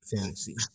fantasy